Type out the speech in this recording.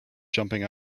jumping